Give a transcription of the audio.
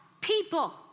people